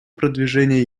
продвижения